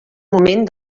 moment